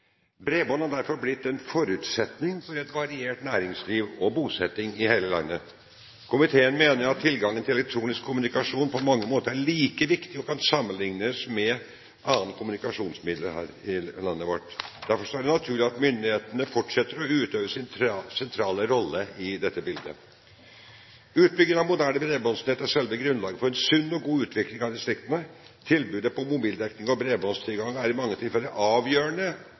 Bredbånd er derfor blitt en forutsetning for et variert næringsliv og bosetting i hele landet. Komiteen mener at tilgangen til elektronisk kommunikasjon på mange måter er like viktig som, og kan sammenlignes med, andre kommunikasjonsmidler i landet vårt. Derfor er det naturlig at myndighetene fortsetter å utøve en sentral rolle i dette bildet. Utbyggingen av moderne bredbåndsnett er selve grunnlaget for en sunn og god utvikling av distriktene. Tilbudet på mobildekning og bredbåndstilgang er i mange tilfeller avgjørende